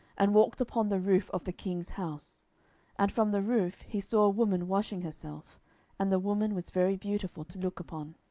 and walked upon the roof of the king's house and from the roof he saw a woman washing herself and the woman was very beautiful to look upon.